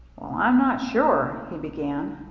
well, i'm not sure he began.